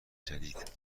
جدید